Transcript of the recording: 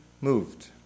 moved